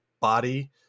body